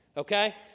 Okay